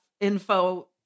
info